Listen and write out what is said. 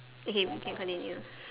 okay we can continue